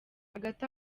hagati